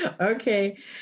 Okay